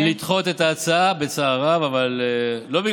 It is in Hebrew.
על כל פנים,